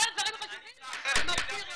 אומר דברים חשובים ומסתיר אותם.